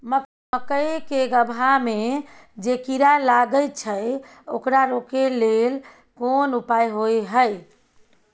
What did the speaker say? मकई के गबहा में जे कीरा लागय छै ओकरा रोके लेल कोन उपाय होय है?